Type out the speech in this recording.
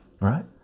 right